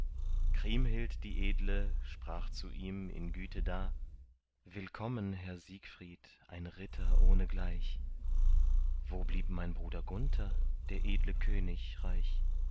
kriemhild die edle sprach zu ihm in güte da willkommen herr siegfried ein ritter ohnegleich wo blieb mein bruder gunther der edle könig reich